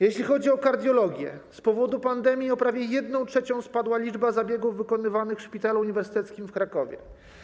Jeśli chodzi o kardiologię, z powodu pandemii o prawie 1/3 spadła liczba zabiegów wykonywanych w Szpitalu Uniwersyteckim w Krakowie.